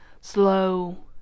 slow